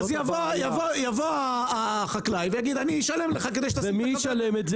אז יבוא החקלאי ויגיד שהוא ישלם לך כדי שתשים את הכוורת.